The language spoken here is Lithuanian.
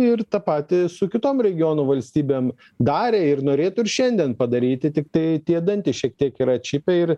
ir tą patį su kitom regionų valstybėm darė ir norėtų ir šiandien padaryti tiktai tie dantys šiek tiek yra atšipę ir